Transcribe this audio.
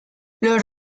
los